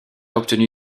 obtenu